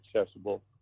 accessible